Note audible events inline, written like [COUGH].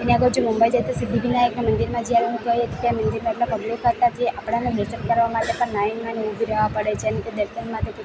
અહીં આગળ જો મુંબઈ જઈ તો સિદ્ધિ વિનાયક મંદિરમાં જ્યારે હું ગઈ ત્યાં મંદિરમાં એટલો પબ્લીક હતા કે આપડાને દર્શન કરવા માટે પણ લાઈનમાં ને ઊભા રહેવું પડે છે [UNINTELLIGIBLE] દર્શન માટે